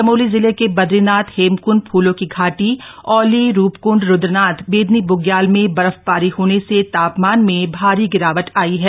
चमोली जिले के बद्रीनाथ हेमकंड फूलों की घाटी औली रूपकंड रुद्रनाथ बेदिनी ब्ग्याल में बर्फबारी होने से तापमान में भारी गिरावट आई है